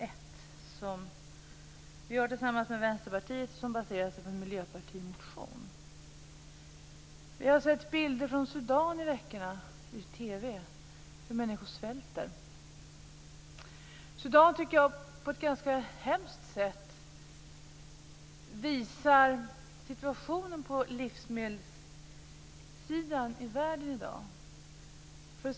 Vi har den reservationen tillsammans med Vänsterpartiet, och den baserar sig på en miljöpartimotion. Vi har sett bilder i TV från Sudan de senaste veckorna på hur människor svälter. Jag tycker att bilderna från Sudan på ett ganska hemskt sätt visar situationen på livsmedelssidan i världen i dag.